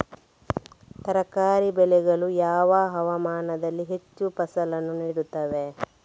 ತರಕಾರಿ ಬೆಳೆಗಳು ಯಾವ ಹವಾಮಾನದಲ್ಲಿ ಹೆಚ್ಚು ಫಸಲನ್ನು ನೀಡುತ್ತವೆ?